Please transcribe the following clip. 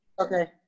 Okay